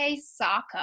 Saka